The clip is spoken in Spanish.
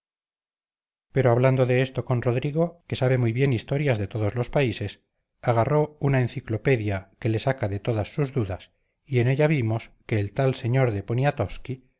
pero hablando de esto con rodrigo que sabe muy bien historias de todos los países agarró una enciclopedia que le saca de todas sus dudas y en ella vimos que el tal señor de poniatowsky